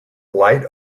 light